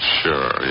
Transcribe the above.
sure